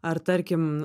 ar tarkim